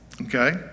Okay